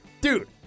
dude